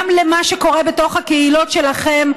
גם למה שקורה בתוך הקהילות שלכם.